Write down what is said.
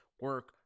Work